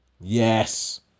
Yes